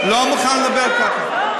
לא, לא מוכן לדבר ככה.